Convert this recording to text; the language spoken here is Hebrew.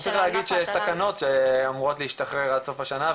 גם צריך להגיד שיש תקנות שאמורות להשתחרר עד סוף השנה,